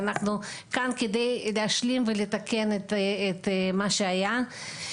אנחנו כאן כדי להשלים ולתקן את מה שהיה.